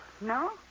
No